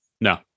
No